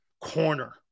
corner